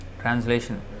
Translation